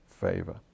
favor